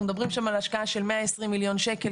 אנחנו מדברים שם על השקעה של מאה עשרים מיליון שקל,